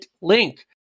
link